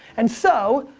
and so,